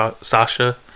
Sasha